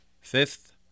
Fifth